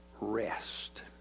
rest